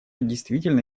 действительно